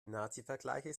nazivergleiche